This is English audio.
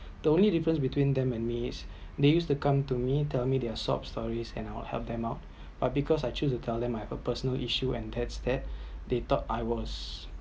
the only difference between them and me is they used to come to me tell me their soft story and I will help them up but because I choose to tell them my personally issue and that’s that they thought I was